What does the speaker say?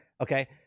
Okay